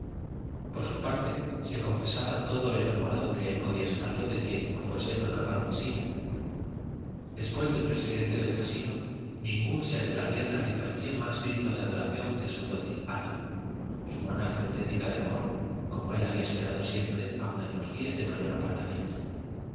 por su parte se confesaba todo lo enamorado que él podía estarlo de quien no fuese don álvaro mesía después del presidente del casino ningún ser de la tierra le parecía más digno de adoración que su dócil ana su ana frenética de amor como él había esperado siempre aun en los días de mayor apartamiento don